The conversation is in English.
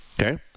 Okay